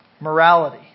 morality